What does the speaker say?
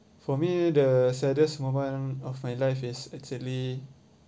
for me the saddest moment of my life is actually